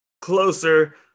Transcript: closer